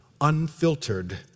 unfiltered